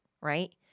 right